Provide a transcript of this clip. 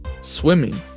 swimming